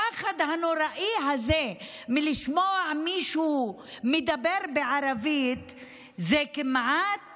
הפחד הנוראי הזה מלשמוע מישהו מדבר בערבית זה כמעט